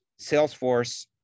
Salesforce